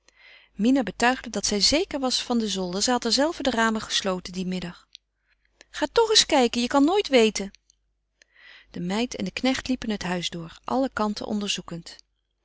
mina betuigde dat zij zeker was van den zolder zij had er zelve de ramen gesloten dien middag ga toch eens kijken je kan nooit weten de meid en de knecht liepen het huis door alle kanten onderzoekend